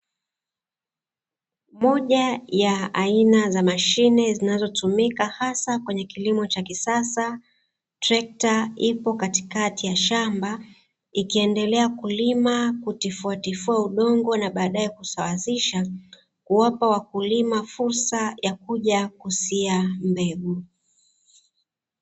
Moja ya aina za mashine zinazotumika hasa kwenye kilimo cha kisasa trekta ipo katikati ya shamba ikiendelea kulima, kutifuatifua udongo na baadae kusawazisha kuwapa wakulima fursa ya kuja kusia mbegu.